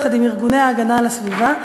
יחד עם ארגוני ההגנה על הסביבה,